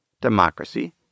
democracy